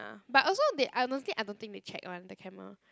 ah but also they honestly I don't think they check [one] the camera